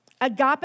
Agape